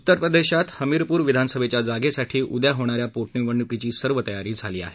उत्तरप्रदेशात हमीरपूर विधानसभेच्या जागेसाठी उद्या होणाऱ्या पोटनिवडणुकीची सर्व तयारी झाली आहे